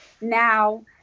now